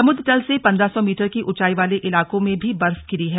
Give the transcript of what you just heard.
समुद्रतल से पंद्रह सौ मीटर की उंचाई वाले इलाकों में भी बर्फ गिरी है